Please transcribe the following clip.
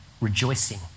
rejoicing